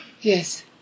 Yes